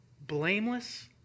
blameless